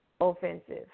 offensive